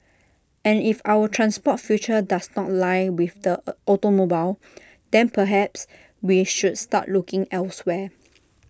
and if our transport future does not lie with the A automobile then perhaps we should start looking elsewhere